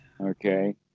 okay